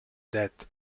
debt